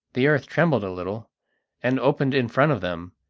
the earth trembled a little and opened in front of them,